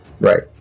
Right